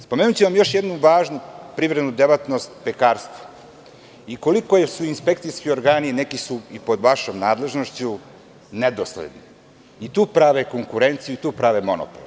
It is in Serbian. Spomenuću vam još jednu važnu privrednu delatnost, pekarstvo, i koliko su inspekcijski organi, a neki su i pod vašom nadležnošću, nedosledni i tu prave konkurenciju i tu prave monopol.